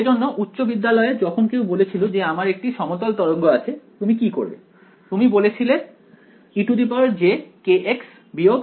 সেজন্য উচ্চ বিদ্যালয় এ যখন কেউ বলেছিল যে আমার একটি সমতল তরঙ্গ আছে তুমি কি করবে তুমি বলেছিলে ejkx ωt